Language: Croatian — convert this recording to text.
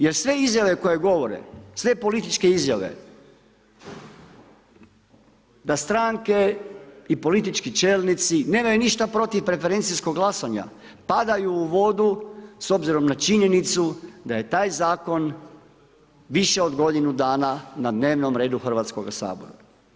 Jer sve izjave koje govore, sve političke izjave da stranke i politički čelnici nemaju ništa protiv preferencijskog glasanja padaju u vodu s obzirom na činjenicu da je taj Zakon više od godinu dana na dnevnom redu Hrvatskoga sabora.